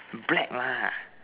black lah